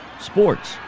Sports